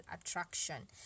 attraction